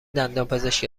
دندانپزشک